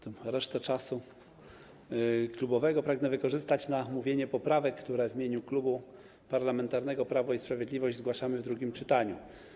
Tę resztę czasu klubowego pragnę wykorzystać na omówienie poprawek, które w imieniu Klubu Parlamentarnego Prawo i Sprawiedliwość zgłaszamy w drugim czytaniu.